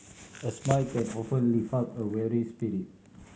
a smile can often lift up a weary spirit